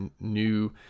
new